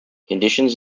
conditions